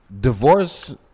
Divorce